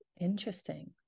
Interesting